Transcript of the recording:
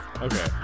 Okay